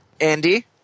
Andy